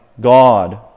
God